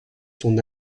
son